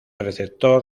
receptor